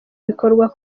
bikorwa